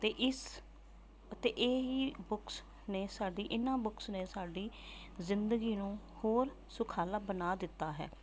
ਅਤੇ ਇਸ ਅਤੇ ਇਹ ਹੀ ਬੁੱਕਸ ਨੇ ਸਾਡੀ ਇਹਨਾਂ ਬੁੱਕਸ ਨੇ ਸਾਡੀ ਜ਼ਿੰਦਗੀ ਨੂੰ ਹੋਰ ਸੁਖਾਲਾ ਬਣਾ ਦਿੱਤਾ ਹੈ